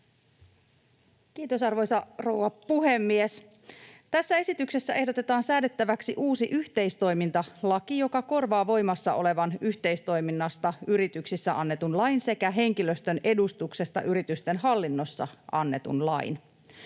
Kiitos, arvoisa rouva puhemies! Tässä esityksessä ehdotetaan säädettäväksi uusi yhteistoimintalaki, joka korvaa voimassa olevan yhteistoiminnasta yrityksissä annetun lain sekä henkilöstön edustuksesta yritysten hallinnossa annetun lain.